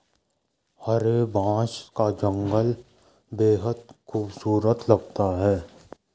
हरे बांस का जंगल बेहद खूबसूरत लगता है